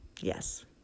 yes